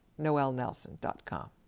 noelnelson.com